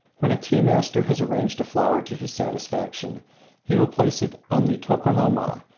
when a tea-master has arranged a flower to his satisfaction he will place it on the tokonoma,